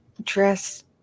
dress